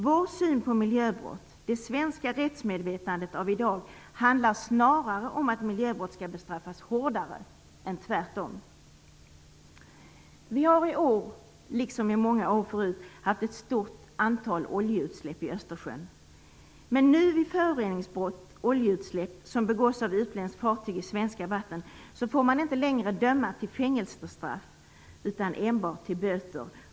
Vår syn på miljöbrott och det svenska rättsmedvetandet av i dag handlar snarare om ifall miljöbrott skall bestraffas hårdare än tvärtom. Det har i år, liksom under tidigare år, förekommit ett stort antal oljeutsläpp i Östersjön. Men vid föroreningsbrott/oljeutsläpp som begås av utländskt fartyg i svenska vatten får man inte längre döma till fängelsestraff utan enbart till böter.